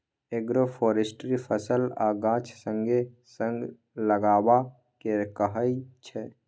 agroforestry फसल आ गाछ संगे संग लगेबा केँ कहय छै